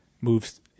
moves